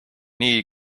nii